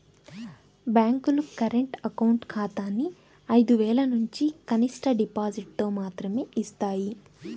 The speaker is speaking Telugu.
బ్యేంకులు కరెంట్ అకౌంట్ ఖాతాని ఐదు వేలనుంచి కనిష్ట డిపాజిటుతో మాత్రమే యిస్తాయి